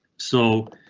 so.